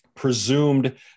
presumed